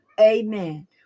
amen